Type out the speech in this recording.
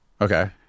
Okay